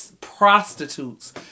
prostitutes